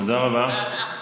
תודה רבה.